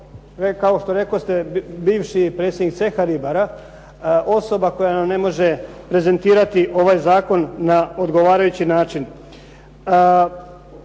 kao rekli ste bivši predsjednik CH Ribara osoba koja nam ne može prezentirati ovaj Zakon na odgovarajući način.